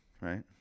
right